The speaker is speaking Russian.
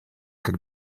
как